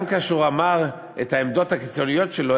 כאשר הוא אמר את העמדות הקיצוניות שלו,